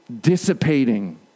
dissipating